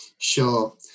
Sure